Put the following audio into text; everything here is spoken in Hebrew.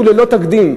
שהיו ללא תקדים.